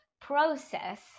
process